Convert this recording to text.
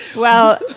well,